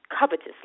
covetous